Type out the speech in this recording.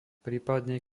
prípadne